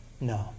No